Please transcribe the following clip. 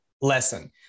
lesson